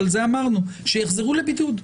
על זה אמרנו שיחזרו לבידוד.